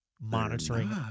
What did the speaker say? monitoring